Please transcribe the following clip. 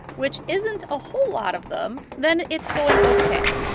which isn't a whole lot of them, then it's going ok.